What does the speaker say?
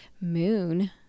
moon